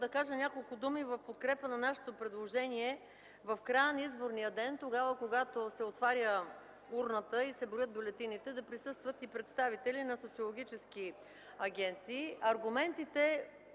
да кажа няколко думи в подкрепа на нашето предложение: в края на изборния ден, тогава когато се отваря урната и се броят бюлетините, да присъстват и представители на социологически агенции. Аргументите